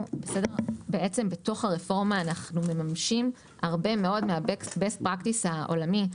בתוך הרפורמה אנחנו מממשים הרבה מאוד מהבסט פרקטיס העולמי,